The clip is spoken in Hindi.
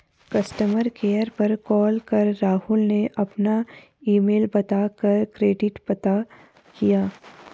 कस्टमर केयर पर कॉल कर राहुल ने अपना ईमेल बता कर क्रेडिट पता किया